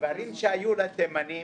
דברים שהיו לתימנים,